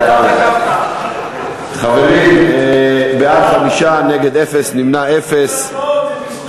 להכריע, בעד, 5, נגד, אפס, ונמנעים, אפס.